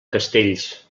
castells